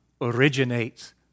originates